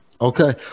Okay